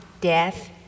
death